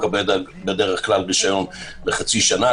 הוא מקבל בדרך כלל רישיון לחצי שנה,